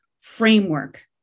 framework